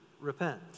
repent